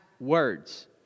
words